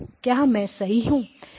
क्या मैं सही हूँ